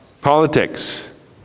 Politics